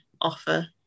offer